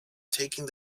taking